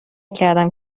کردم